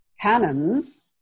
cannons